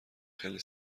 خیلی